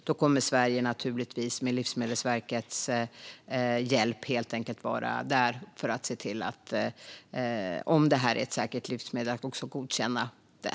Men om detta livsmedel bedöms säkert och blir godkänt av Efsa kommer Sverige med Livsmedelsverkets hjälp naturligtvis att vara med och se till att godkänna det.